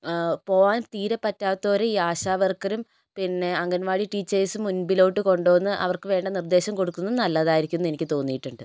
പോകാൻ തീരെ പറ്റാത്തവര് ഈ ആശാവർക്കറും പിന്നെ അംഗൻവാടി ടീച്ചേഴ്സും മുൻപിലോട്ട് കൊണ്ട് വന്ന് അവർക്ക് വേണ്ട നിർദേശം കൊടുക്കുന്നത് നല്ലതായിരിക്കുമെന്ന് എനിക്ക് തോന്നിയിട്ടുണ്ട്